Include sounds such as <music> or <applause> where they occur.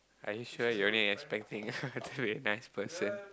are you sure you are only expecting <laughs> i thought you're a nice person